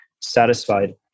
satisfied